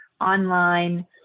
online